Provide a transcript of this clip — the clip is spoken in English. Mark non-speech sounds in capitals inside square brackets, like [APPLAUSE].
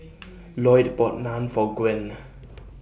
[NOISE] Loyd bought Naan For Gwen